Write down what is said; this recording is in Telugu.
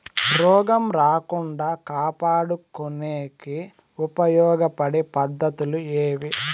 రోగం రాకుండా కాపాడుకునేకి ఉపయోగపడే పద్ధతులు ఏవి?